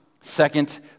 Second